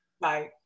Bye